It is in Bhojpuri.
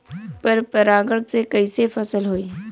पर परागण से कईसे फसल होई?